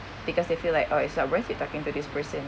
because they feel like oh it's not worth it talking to this person